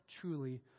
truly